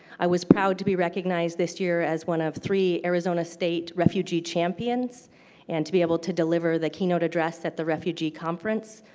i was proud to be recognized this year as one of three arizona state refugee champions and to be able to deliver the keynote address at the refugee conference.